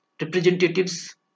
Representatives